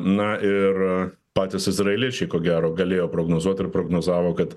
na ir patys izraeliečiai ko gero galėjo prognozuot ir prognozavo kad